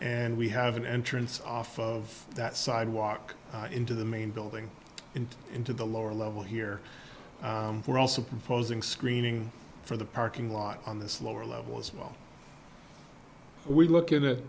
and we have an entrance off of that sidewalk into the main building and into the lower level here we're also proposing screening for the parking lot on this lower level as well we look at